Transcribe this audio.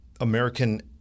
American